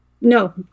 No